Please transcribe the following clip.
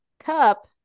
cup